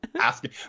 asking